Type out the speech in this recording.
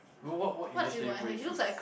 what what what English name will you choose